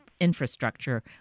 infrastructure